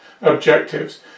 objectives